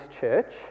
church